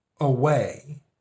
away